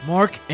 Mark